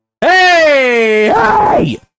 Hey